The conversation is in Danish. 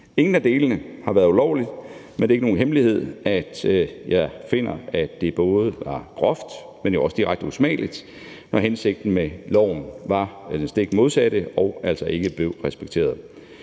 Ingen af delene har været ulovlige, men det er ikke nogen hemmelighed, at jeg finder, at det var både groft, men også direkte usmageligt, når hensigten med loven var den stik modsatte og altså ikke blev respekteret.